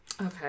Okay